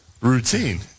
routine